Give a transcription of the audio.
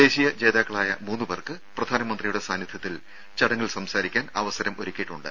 ദേശീയ ജേതാക്കളായ മൂന്നുപേർക്ക് പ്രധാനമന്ത്രിയുടെ സാന്നിധ്യത്തിൽ ചടങ്ങിൽ സംസാരിക്കാൻ അവസരം ഒരുക്കിയിട്ടുണ്ട്